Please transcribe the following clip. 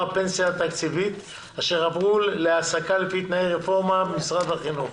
בפנסיה תקציבית אשר עברו להעסקה לפי תנאי רפורמה במשרד החינוך.